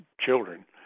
children